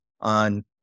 on